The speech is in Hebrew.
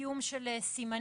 קיום של סימנים,